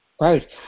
Right